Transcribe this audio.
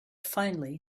finally